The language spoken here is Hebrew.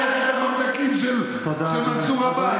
נראה אותך לוקח את הממתקים של מנסור עבאס.